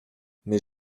mais